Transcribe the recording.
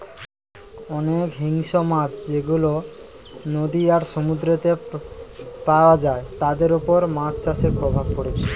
অনেক হিংস্র মাছ যেগুলা নদী আর সমুদ্রেতে পায়া যায় তাদের উপর মাছ চাষের প্রভাব পড়ছে